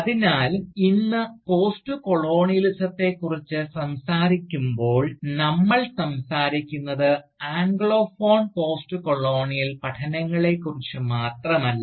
അതിനാൽ ഇന്ന് പോസ്റ്റ്കൊളോണിയലിസത്തെക്കുറിച്ച് സംസാരിക്കുമ്പോൾ നമ്മൾ സംസാരിക്കുന്നത് ആംഗ്ലോഫോൺ പോസ്റ്റ്കൊളോണിയൽ പഠനങ്ങളെക്കുറിച്ച് മാത്രമല്ല